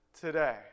today